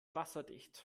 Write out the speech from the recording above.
wasserdicht